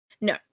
No